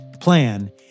plan